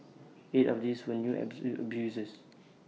eight of these when you as A new abusers